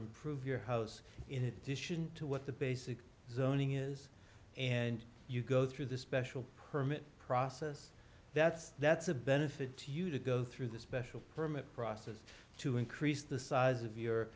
improve your house in addition to what the basic zoning is and you go through the special permit process that's that's a benefit to you to go through the special permit process to increase the size of your